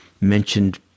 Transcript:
mentioned